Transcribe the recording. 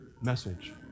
message